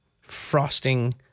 frosting